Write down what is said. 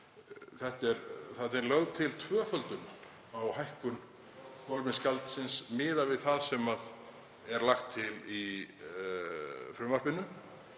Þarna er lögð til tvöföldun á hækkun kolefnisgjaldsins miðað við það sem er lagt til í frumvarpinu.